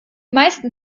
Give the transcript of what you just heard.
meisten